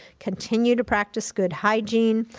continue to practice good hygiene